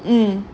mmhmm